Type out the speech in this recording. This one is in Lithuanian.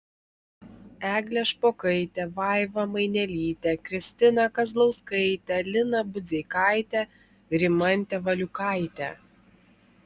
eglę špokaitę vaivą mainelytę kristiną kazlauskaitę liną budzeikaitę rimantę valiukaitę